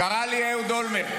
קרא לי ראש הממשלה אהוד אולמרט,